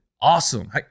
Awesome